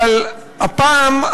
אבל הפעם,